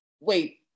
wait